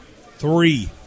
Three